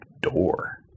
door